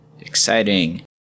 Exciting